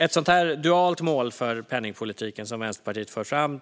Ett sådant dualt mål för penningpolitiken som Vänsterpartiet